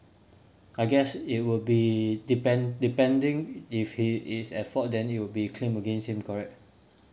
I guess it will be depend depending if he is at fault then it will be claimed against him correct